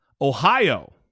Ohio